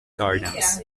gardens